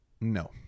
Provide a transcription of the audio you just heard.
no